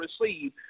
receive